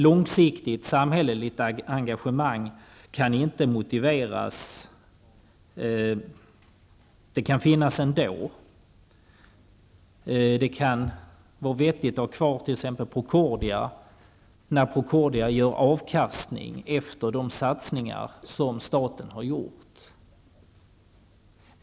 Långsiktigt samhälleligt engagemang kan finnas ändå. Det kan vara vettigt att ha kvar t.ex. Procordia, när företaget ger avkastning efter de satsningar som staten har gjort.